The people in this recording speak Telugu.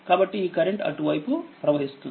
కాబట్టి ఈ కరెంట్ అటు వైపు ప్రవహిస్తుంది